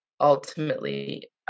ultimately